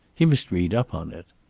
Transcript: he must read up on it.